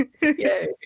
Yay